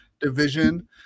division